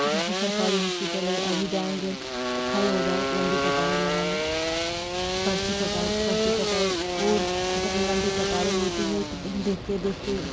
जैसे सरकारी हॉस्पिटल है अभी जाएँगे खड़े हो जाओ लंबी कतारे लगा लो पर्ची काटाओ पर्ची कटाओ वो इतनी लंबी कतारे होती है कि देखते देखते